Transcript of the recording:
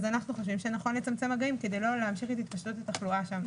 אנחנו חושבים שנכון לצמצם מגעים כדי לא להמשיך את התפשטות התחלואה שם.